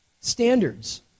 standards